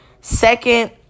Second